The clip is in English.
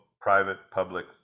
private-public